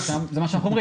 בסדר.